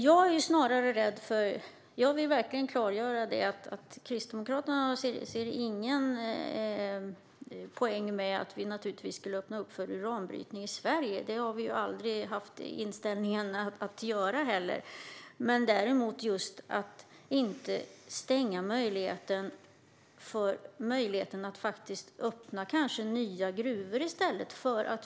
Herr talman! Jag vill verkligen klargöra att Kristdemokraterna inte ser någon poäng med att vi skulle öppna för uranbrytning i Sverige. Vi har aldrig haft inställning att göra det. Däremot handlar det om att inte stänga möjligheten att i stället öppna nya gruvor.